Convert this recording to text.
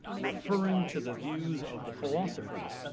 referring to the views of the philosophers.